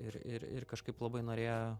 ir ir ir kažkaip labai norėjo